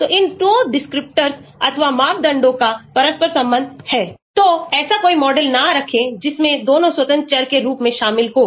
तो इन 2 descriptors अथवा मापदंडों का परस्पर संबंध हैतो ऐसा कोई मॉडल न रखें जिसमें दोनों स्वतंत्र चर के रूप में शामिल हों